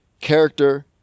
character